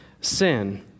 sin